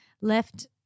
left